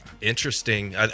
Interesting